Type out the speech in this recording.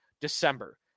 December